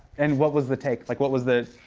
and what was the take? like what was the.